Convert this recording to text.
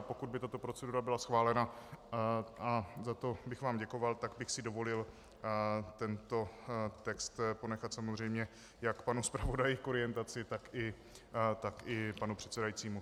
Pokud by tato procedura byla schválena, a za to bych vám děkoval, tak bych si dovolil tento text ponechat samozřejmě jak panu zpravodaji k orientaci, tak i panu předsedajícímu.